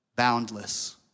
boundless